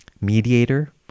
mediator